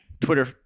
Twitter